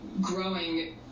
growing